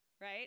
right